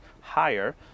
higher